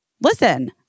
Listen